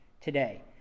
today